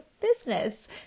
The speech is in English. business